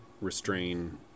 restrain